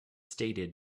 stated